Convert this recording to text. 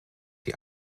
die